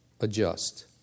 adjust